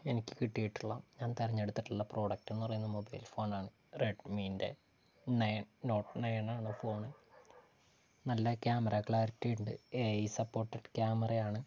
എനിക്ക് കിട്ടിയിട്ടുള്ള ഞാൻ തിരഞ്ഞെടുത്തിട്ടുള്ള പ്രോഡക്റ്റ് എന്നുപറയുന്നത് മൊബൈൽ ഫോൺ ആണ് റെഡ്മിൻ്റെ നയൺ നോട്ട് നയൺ ആണ് ഫോൺ നല്ല ക്യാമറ ക്ലാരിറ്റി ഉണ്ട് എ ഐ സപ്പോർട്ടഡ് ക്യാമറയാണ്